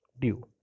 due